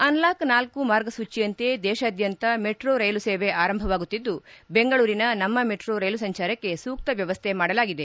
unlock ಳ ಮಾರ್ಗಸೂಚಿಯಂತೆ ದೇಶಾದ್ಯಂತ ಮೆಟ್ರೋ ರೈಲು ಸೇವೆ ಆರಂಭವಾಗುತ್ತಿದ್ದು ಬೆಂಗಳೂರಿನ ನಮ್ಮ ಮೆಟ್ರೋ ರೈಲು ಸಂಚಾರಕ್ಕೆ ಸೂಕ್ತ ವ್ಯವಸ್ಥೆ ಮಾಡಲಾಗಿದೆ